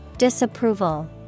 Disapproval